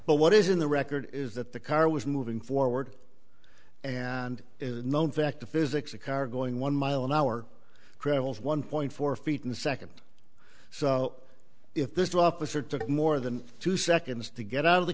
but what is in the record is that the car was moving forward and is a known fact of physics a car going one mile an hour travels one point four feet in the second so if this law officer took more than two seconds to get out of the